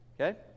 Okay